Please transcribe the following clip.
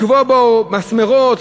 לקבוע בו מסמרות,